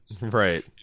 right